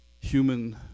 human